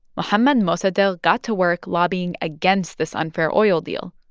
mohammad mossadegh got to work lobbying against this unfair oil deal,